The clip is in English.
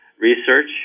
research